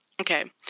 Okay